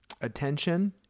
attention